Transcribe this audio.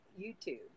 youtube